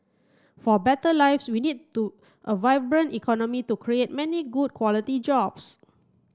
for better lives we need to a vibrant economy to create many good quality jobs